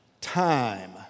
Time